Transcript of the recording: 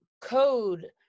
code